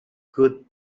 could